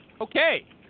Okay